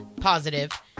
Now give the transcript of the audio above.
positive